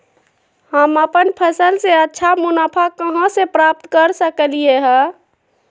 हम अपन फसल से अच्छा मुनाफा कहाँ से प्राप्त कर सकलियै ह?